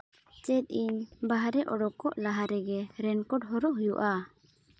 ᱪᱮᱫ ᱤᱧ ᱵᱟᱨᱦᱮ ᱚᱰᱳᱠᱚᱜ ᱞᱟᱦᱟ ᱨᱮᱜᱮ ᱨᱮᱱᱠᱳᱴ ᱦᱚᱨᱚᱜ ᱦᱩᱭᱩᱜᱼᱟ